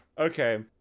Okay